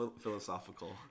philosophical